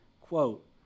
quote